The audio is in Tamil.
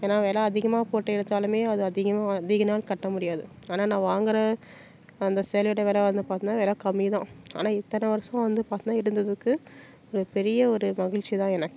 ஏன்னா வில அதிகமாக போட்டு எடுத்தாலுமே அது அதிகமாக அதிக நாள் கட்ட முடியாது ஆனால் நான் வாங்குகிற அந்த சேலையோட வில வந்து பார்த்திங்கனா வில கம்மிதான் ஆனால் இத்தனை வருஷம் வந்து பார்த்திங்கனா இருந்ததுக்கு ஒரு பெரிய ஒரு மகிழ்ச்சி தான் எனக்கு